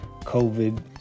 COVID